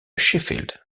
sheffield